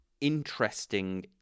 interesting